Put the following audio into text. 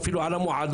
ואפילו על המועדון,